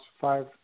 Five